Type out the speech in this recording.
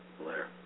Blair